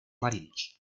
marinos